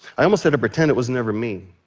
i almost had to pretend it was never me.